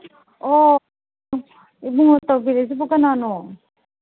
ꯑꯣ ꯏꯕꯨꯡꯉꯣ ꯇꯧꯕꯤꯔꯛꯏꯁꯤꯕꯨ ꯀꯅꯥꯅꯣ